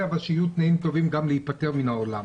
אבל שיהיו תנאים טובים גם להיפטר מין העולם.